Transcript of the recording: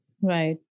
Right